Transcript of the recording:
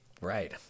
Right